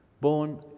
born